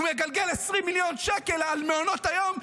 הוא מגלגל 20 מיליון שקל על מעונות היום,